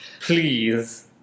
Please